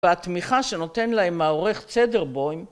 והתמיכה שנותן להם העורך צדרבויים